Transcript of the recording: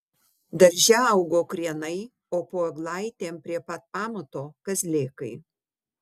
darže augo krienai o po eglaitėm prie pat pamato kazlėkai